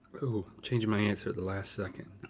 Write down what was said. ooh, changing my answer at the last second.